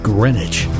Greenwich